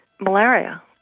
malaria